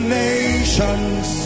nations